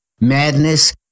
madness